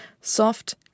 soft